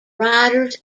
riders